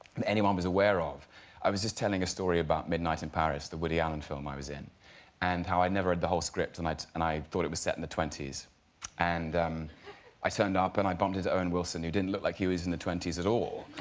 and anyone was aware of i was just telling a story about midnight in paris the woody allen film i was in and how i never had the whole script a night, and i thought it was set in the twenty s and i turned up and i bonded owen wilson who didn't look like he was in the twenty s at all